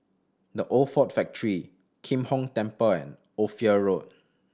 The Old Ford Factory Kim Hong Temple and Ophir Road